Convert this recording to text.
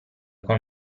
con